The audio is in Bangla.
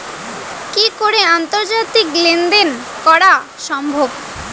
কি করে আন্তর্জাতিক লেনদেন করা সম্ভব?